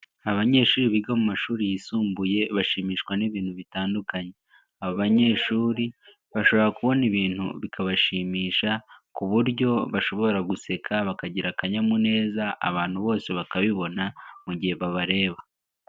Abanyeshuri biga mu mashuri yisumbuye bashimishwa n'ibintu bitandukanye, aba abanyeshuri bashobora kubona ibintu bikabashimisha, ku buryo bashobora guseka bakagira akanyamuneza abantu bose bakabibona mu gihe babareba.